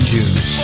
Jews